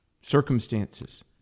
circumstances